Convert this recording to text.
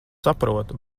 saprotu